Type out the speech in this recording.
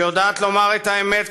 שיודעת לומר את האמת,